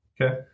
okay